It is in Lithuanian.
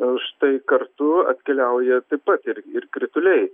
užtai kartu atkeliauja taip pat ir ir krituliai